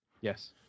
yes